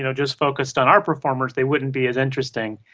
you know just focused on our performers, they wouldn't be as interesting,